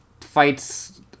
fights